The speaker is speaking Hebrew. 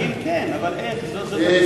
האם, כן, אבל איך, זאת השאלה.